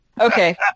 Okay